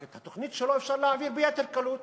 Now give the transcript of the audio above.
רק שאת התוכנית שלו אפשר להעביר ביתר קלות,